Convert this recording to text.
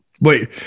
Wait